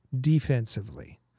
defensively